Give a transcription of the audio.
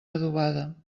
adobada